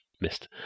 missed